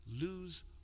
lose